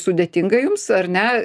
sudėtinga jums ar ne